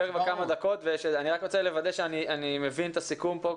אני רוצה לוודא שאני מבין את הסיכום פה,